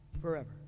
forever